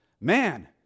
Man